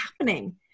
happening